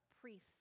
priests